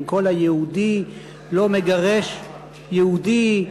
עם כל ה"יהודי לא מגרש יהודי",